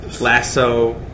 lasso